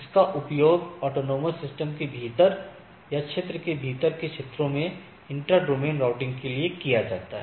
इसका उपयोग AS के भीतर या क्षेत्र के भीतर के क्षेत्रों में इंट्रा डोमेन राउटिंग के लिए किया जाता है